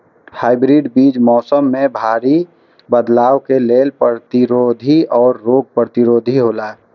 hybrid बीज मौसम में भारी बदलाव के लेल प्रतिरोधी और रोग प्रतिरोधी हौला